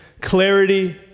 clarity